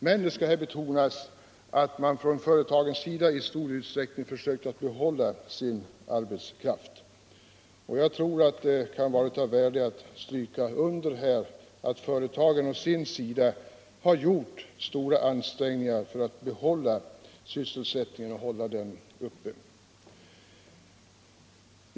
Men det skall betonas att företagen i stor utsträckning försökt behålla sin arbetskraft, och jag tror det kan vara av värde att stryka under att företagen för sin del har gjort stora ansträngningar för att hålla sysselsättningen uppe.